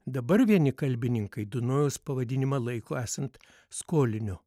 dabar vieni kalbininkai dunojaus pavadinimą laiko esant skoliniu